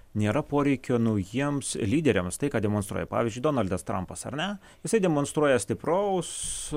nėra poreikio naujiems lyderiams tai ką demonstruoja pavyzdžiui donaldas trampas ar ne jisai demonstruoja stipraus